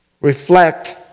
reflect